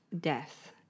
death